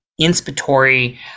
inspiratory